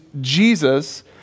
Jesus